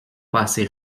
passé